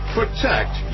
protect